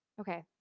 okay